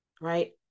right